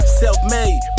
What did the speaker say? self-made